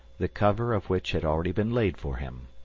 the cover of which had already been laid for him.